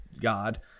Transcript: God